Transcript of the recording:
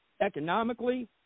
economically